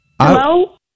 Hello